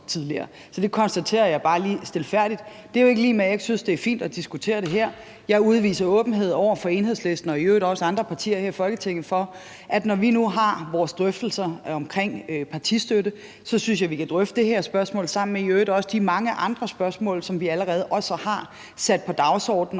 Så det konstaterer jeg bare lige stilfærdigt. Det er jo ikke lig med, at jeg ikke synes det er fint at diskutere det her. Jeg udviser åbenhed over for Enhedslisten og i øvrigt også andre partier her i Folketinget, og når vi nu har vores drøftelser omkring partistøtte, synes jeg vi kan drøfte det her spørgsmål sammen med i øvrigt også de mange andre spørgsmål, som vi allerede også har sat på dagsordenen